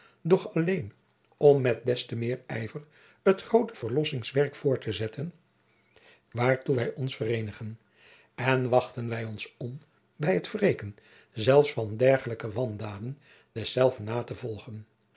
doch alleen om met des te meer ijver het groote verlossingswerk voorttezetten waartoe wij ons verjacob van lennep de pleegzoon eenigen en wachten wij ons om bij het wreken zelfs van dergelijke wandaden dezelve na te volgen